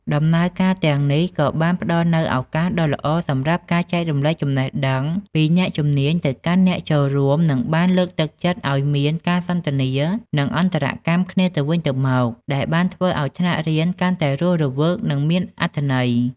ដំណើរការទាំងនេះក៏បានផ្តល់នូវឱកាសដ៏ល្អសម្រាប់ការ ចែករំលែកចំណេះដឹង ពីអ្នកជំនាញទៅកាន់អ្នកចូលរួម និងបានលើកទឹកចិត្តឱ្យមាន ការសន្ទនា និងអន្តរកម្ម គ្នាទៅវិញទៅមក ដែលបានធ្វើឱ្យថ្នាក់រៀនកាន់តែរស់រវើកនិងមានអត្ថន័យ។